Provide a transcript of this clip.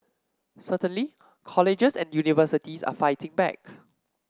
certainly colleges and universities are fighting back